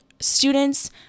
Students